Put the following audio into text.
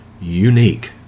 unique